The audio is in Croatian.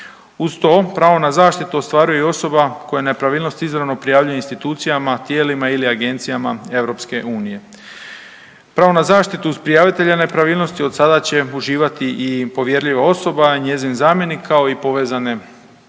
Uz to, pravo na zaštitu ostvaruje i osoba koja nepravilnost izravno prijavljuje institucijama, tijelima ili agencijama EU. Pravo na zaštitu prijavitelja nepravilnosti od sada će uživati i povjerljiva osoba, njezin zamjenik kao i povezane osobe.